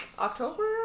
October